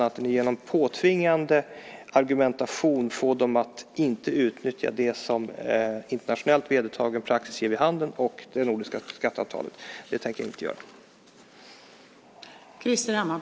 Att genom påtvingande argumentation få dem att inte utnyttja det som internationellt vedertagen praxis och det nordiska skatteavtalet ger vid handen tänker jag inte medverka till.